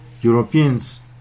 Europeans